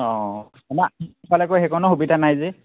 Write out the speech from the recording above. অঁ আমাৰ পিছফালে আকৌ সেইকণো সুবিধা নাই যে